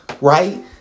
right